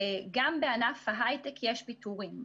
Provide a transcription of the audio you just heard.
גם בענף ההיי-טק יש פיטורים,